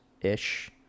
ish